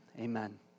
amen